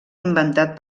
inventat